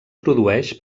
produeix